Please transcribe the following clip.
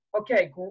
okay